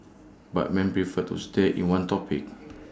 but men prefer to stay in one topic